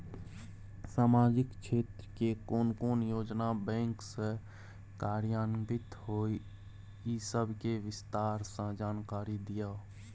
सामाजिक क्षेत्र के कोन कोन योजना बैंक स कार्यान्वित होय इ सब के विस्तार स जानकारी दिय?